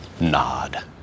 nod